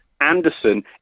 Anderson